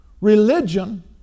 Religion